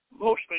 mostly